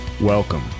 Welcome